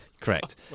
correct